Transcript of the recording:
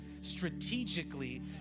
strategically